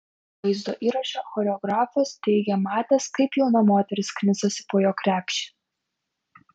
vaizdo įraše choreografas teigė matęs kaip jauna moteris knisasi po jo krepšį